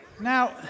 Now